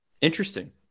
Interesting